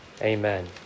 Amen